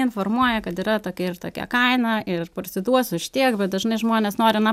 informuoja kad yra tokia ir tokia kaina ir parsiduos už tiek dažnai žmonės nori na